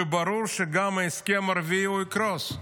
וברור שגם ההסכם הרביעי יקרוס.